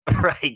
right